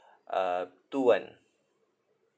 uh two one